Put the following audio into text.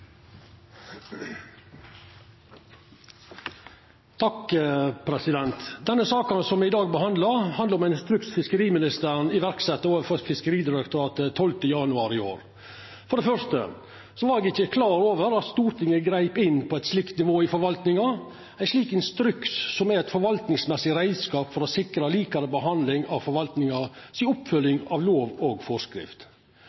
Denne saka som me i dag behandlar, handlar om ein instruks fiskeriministeren iverksette overfor Fiskeridirektoratet den 12. januar i år. For det første var eg ikkje klar over at Stortinget greip inn på eit slikt nivå i forvaltninga. Ein slik instruks er ein forvaltningsmessig reiskap for å sikra likare praksis av forvaltninga si